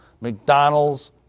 McDonald's